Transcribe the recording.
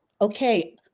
okay